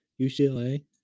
UCLA